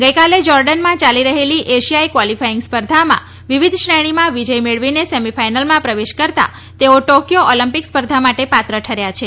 ગઈકાલે જોર્ડનમાં ચાલી રહેલી એશિયાઈ ક્વાલિફાઇંગ સ્પર્ધામાં વિવિધ શ્રેણીમાં વિજય મેળવીને સેમીફાઇનલમાં પ્રવેશ કરતાં તેઓ ટોકીયો ઓલિમ્પિક સ્પર્ધા માટે પાત્ર ઠર્યા છે